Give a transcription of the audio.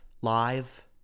live